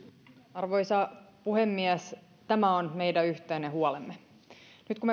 arvoisa puhemies tämä on meidän yhteinen huolemme nyt kun